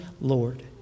Lord